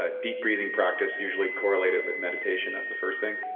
ah deep breathing practice, usually correlated with meditation, that's the first thing.